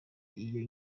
iyo